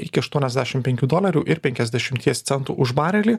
iki aštuoniasdešim penkių dolerių ir penkiasdešimties centų už barelį